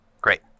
great